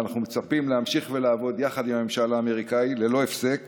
ואנחנו מצפים להמשיך ולעבוד יחד עם הממשל האמריקני ללא הפסק